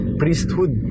priesthood